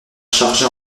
chargée